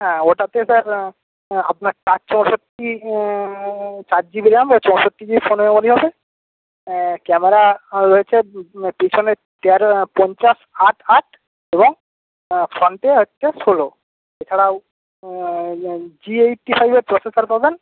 হ্যাঁ ওটাতে স্যার আপনার চার জিবি র্যাম চৌষট্টি জিবি ফোন মেমোরি হবে ক্যামেরা রয়েছে পেছনে তেরো পঞ্চাশ আট আট এবং ফ্রন্টে হচ্ছে ষোলো এছাড়াও জি এইট্টি ফাইভের প্রসেসর পাবেন